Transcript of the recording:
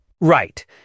Right